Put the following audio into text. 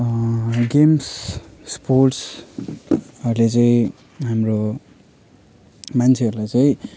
games स्पोर्ट्सहरूले चाहिँ हाम्रो मान्छेहरूलाई चाहिँ